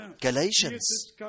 Galatians